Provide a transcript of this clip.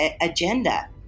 agenda